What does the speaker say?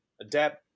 adapt